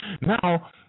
Now